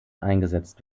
eingesetzt